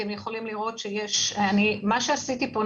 את יכולים לראות שיש מה שעשיתי פה,